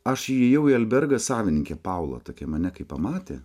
aš įėjau į albergą savininkė paula tokia mane kai pamatė